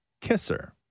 kisser